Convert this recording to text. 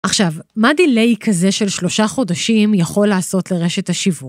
עכשיו, מה דיליי כזה של שלושה חודשים יכול לעשות לרשת השיווק?